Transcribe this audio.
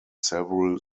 several